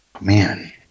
man